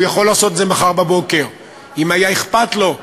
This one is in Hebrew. הוא יכול לעשות את זה מחר בבוקר אם אכפת לו,